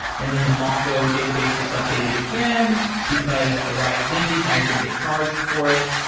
and then the mongo database gets updated again because the ride has ended. now you're going to get charged for it.